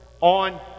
on